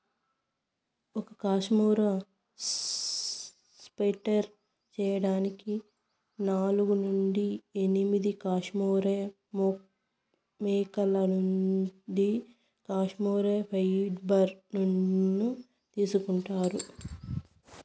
ఒక cashmere sweater చేయడానికి నాలుగు నుండి ఎనిమిది కష్మెరె మేకల నుండి కష్మెరె ఫైబర్ ను తీసుకుంటారు